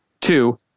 Two